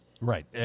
Right